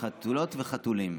חתולות וחתולים.